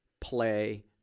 play